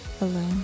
alone